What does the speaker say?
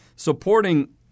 Supporting